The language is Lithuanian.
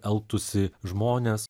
elgtųsi žmonės